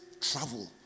travel